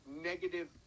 negative